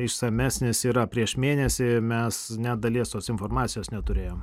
išsamesnis yra prieš mėnesį mes net dalies tos informacijos neturėjom